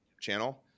channel